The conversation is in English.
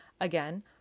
again